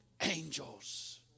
angels